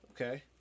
Okay